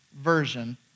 version